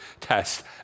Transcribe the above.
test